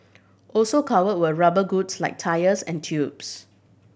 also cover were rubber goods like tyres and tubes